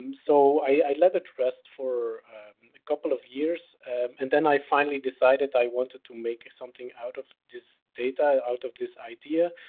um so i i let it rest for a couple of years and then i finally decided i wanted to make something out of this data, out of this idea,